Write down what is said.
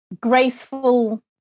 graceful